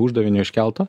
uždavinio iškelto